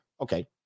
okay